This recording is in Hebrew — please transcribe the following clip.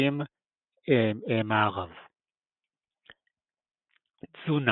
50°W. תזונה